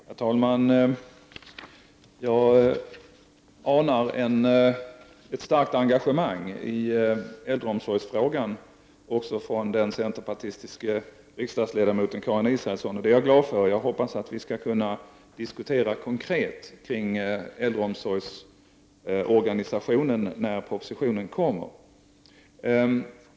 Herr talman! Jag anar ett starkt engagemang för äldreomsorgsfrågan också från den centerpartistiska riksdagsledamoten Karin Israelsson. Det är jag glad för, och jag hoppas att vi skall kunna diskutera äldreomsorgsorganisationen mer konkret när propositionen kommer.